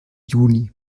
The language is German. juni